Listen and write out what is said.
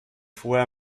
vorher